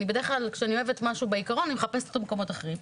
אני בדרך כלל כשאני אוהבת משהו בעקרון אני מחפשת במקומות אחרים.